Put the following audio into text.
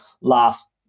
last